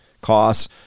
costs